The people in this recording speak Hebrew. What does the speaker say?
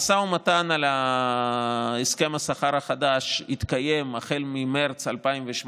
משא ומתן על הסכם השכר החדש התקיים החל ממרץ 2018,